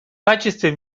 качестве